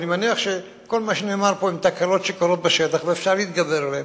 ואני מניח שכל מה שנאמר פה זה תקלות שקורות בשטח ואפשר להתגבר עליהן.